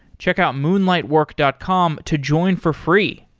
check out moonlightwork dot com to join for free.